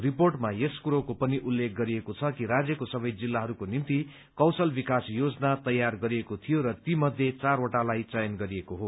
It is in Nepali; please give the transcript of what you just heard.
रिपोर्टमा यस कुरोको पनि उल्लेख गरिएको छ कि राज्यको सबै जिल्लाहरूको निम्ति कौशल विकास योजना तयार गरिएको थियो र ती मध्ये चारवटालाई चयन गरिएको हो